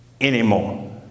anymore